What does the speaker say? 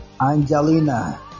Angelina